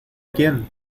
quién